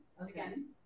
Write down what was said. again